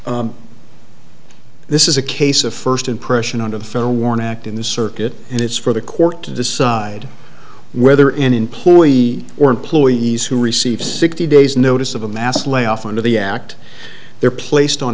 mad this is a case of first impression out of the federal warn act in the circuit and it's for the court to decide whether an employee or employees who receive sixty days notice of a mass layoff under the act they're placed on